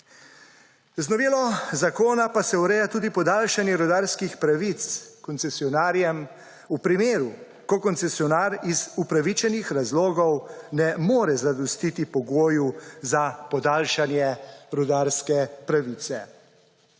Z novelo zakona pa se ureja tudi podaljšanje rudarskih pravic koncesionarjem v primeru, ko koncesionar iz upravičenih razlogov ne more zadostiti pogoju za podaljšanju rudarske pravice.